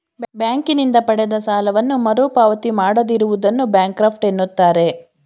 ಬ್ಯಾಂಕಿನಿಂದ ಪಡೆದ ಸಾಲವನ್ನು ಮರುಪಾವತಿ ಮಾಡದಿರುವುದನ್ನು ಬ್ಯಾಂಕ್ರಫ್ಟ ಎನ್ನುತ್ತಾರೆ